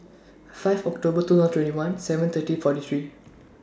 five October two thousand and twenty one seven thirty forty three